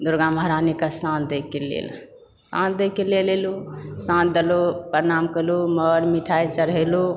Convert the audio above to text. दुर्गा महारानीकेँ साँझ दएके लेल साँझ दएके लेल एलहुँ साँझ देलहुँ प्रणाम केलहुँ मर मिठाइ चढ़ेलहुँ